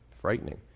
frightening